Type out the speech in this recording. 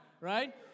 right